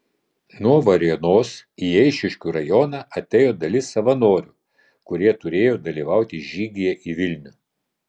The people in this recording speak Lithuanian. nuo varėnos į eišiškių rajoną atėjo dalis savanorių kurie turėjo dalyvauti žygyje į vilnių